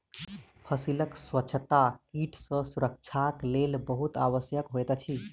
फसीलक स्वच्छता कीट सॅ सुरक्षाक लेल बहुत आवश्यक होइत अछि